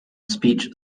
speech